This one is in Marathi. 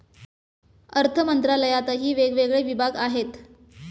अर्थमंत्रालयातही वेगवेगळे विभाग आहेत